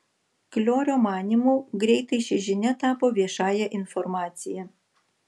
kliorio manymu greitai ši žinia tapo viešąja informacija